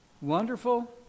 Wonderful